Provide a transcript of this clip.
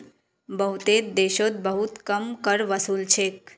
बहुतेते देशोत बहुत कम कर वसूल छेक